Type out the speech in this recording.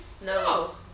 No